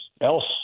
else